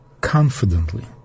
confidently